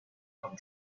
come